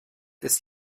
ist